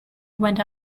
went